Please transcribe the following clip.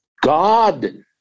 God